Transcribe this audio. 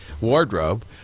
wardrobe